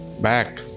back